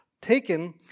taken